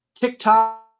TikTok